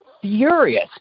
furious